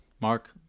Mark